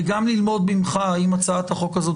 וגם ללמוד ממך האם הצעת החוק הזאת